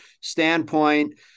standpoint